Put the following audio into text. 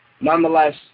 Nonetheless